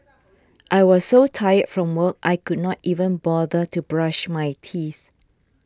I was so tired from work I could not even bother to brush my teeth